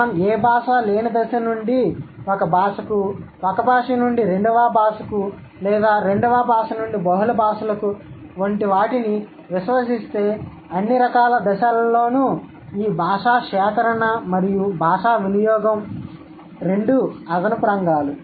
మనం ఏ భాష లేని దశ నుండీ ఒక భాషకుఒక భాష నుండి రెండవ భాషకు లేదా రెండవ భాష నుండి బహుళ భాషలకు వంటి వాటిని విశ్వసిస్తే అన్ని రకాల దశలలో ఈ భాషా సేకరణ మరియు భాషా వినియోగం రెండు అదనపు రంగాలు